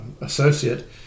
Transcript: associate